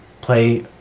play